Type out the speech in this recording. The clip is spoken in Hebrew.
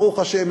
ברוך השם,